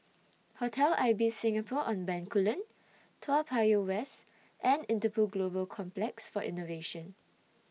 Hotel Ibis Singapore on Bencoolen Toa Payoh West and Interpol Global Complex For Innovation